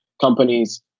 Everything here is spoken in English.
companies